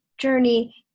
journey